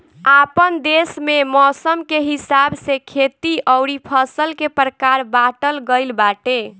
आपन देस में मौसम के हिसाब से खेती अउरी फसल के प्रकार बाँटल गइल बाटे